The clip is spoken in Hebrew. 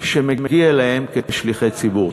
שמגיע להם כשליחי ציבור.